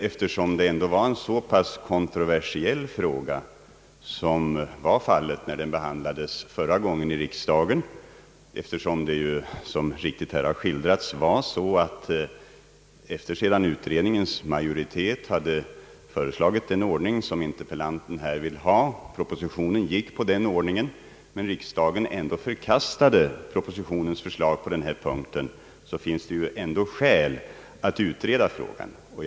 Eftersom den emellertid visade sig vara en så kontroversiell fråga när den behandlades förra gången i riksdagen, då såsom här riktigt har skildrats den ordning, som utredningsmajoriteten hade föreslagit och som interpellanten här vill ha, hade upptagits i propositionen, men riksdagen ändå förkastade propositionens förslag på denna punkt, så finns det skäl för att utreda frågan först.